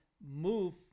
move